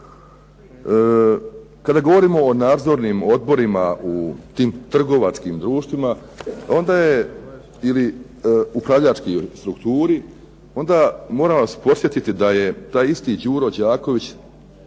Kada govorimo o nadzornim odborima u tim trgovačkim društvima onda je ili upravljačkoj strukturi, onda moram vas podsjetiti da je taj isti "Đuro Đaković"